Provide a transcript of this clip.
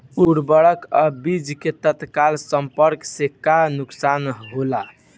उर्वरक अ बीज के तत्काल संपर्क से का नुकसान होला?